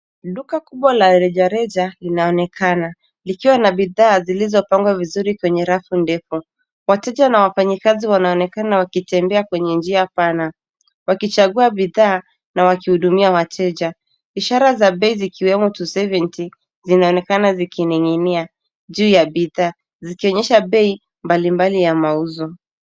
Duka kubwa la rejareja linaonekana likiwa na bidhaa zilizopangwa vizuri kwenye rafu ndefu. Wateja na wafanyakazi wanaonekana wakitembea kwenye njia pana wakichagua bidhaa na wakihudumia wateja. Ishara za bei zikiwemo 270 zinaonekana zikining'inia juu ya bidhaa zikionyesha bei mbali mbali ya mauzo.